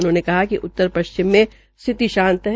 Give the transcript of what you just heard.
उन्होंने कहा कि उत्तर श्चिम में स्थिति शांत है